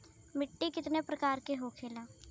मिट्टी कितने प्रकार के होखेला?